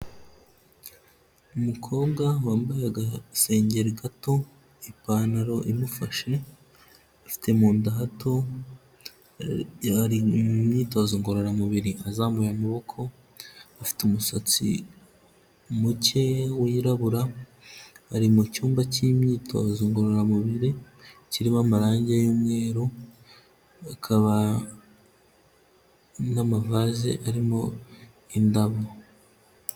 Umukobwa wambaye agasengeri gato, ipantaro imufashe, ifite mu nda hato, ari mu myitozo ngororamubiri azamuye amaboko, afite umusatsi muke wirabura, ari mu cyumba cy'imyitozo ngororamubiri kirimo amarangi y'mweru, akaba n'amavase arimo indabo.